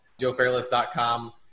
joefairless.com